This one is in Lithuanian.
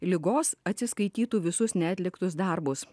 ligos atsiskaitytų visus neatliktus darbus